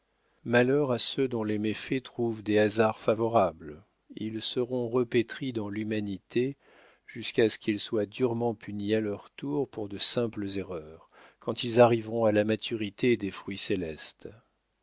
malheur à ceux dont les méfaits trouvent des hasards favorables ils seront repétris dans l'humanité jusqu'à ce qu'ils soient durement punis à leur tour pour de simples erreurs quand ils arriveront à la maturité des fruits célestes